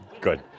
Good